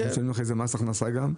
ואחרי זה משלמים איזה מס הכנסה גם.